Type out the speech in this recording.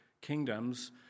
kingdoms